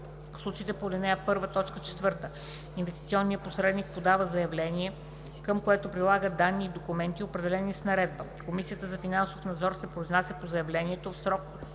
случаите по ал. 1, т. 4 инвестиционният посредник подава заявление, към което прилага данни и документи, определени с наредба. Комисията за финансов надзор се произнася по заявлението в срок 14